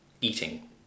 eating